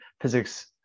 physics